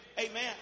Amen